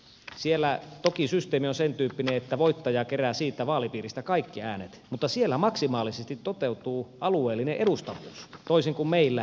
siellä toki systeemi on sentyyppinen että voittaja kerää siitä vaalipiiristä kaikki äänet mutta siellä maksimaalisesti toteutuu alueellinen edustavuus toisin kuin meillä